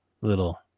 Little